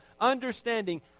understanding